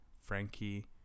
Frankie